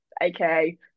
aka